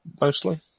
mostly